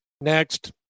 Next